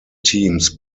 teams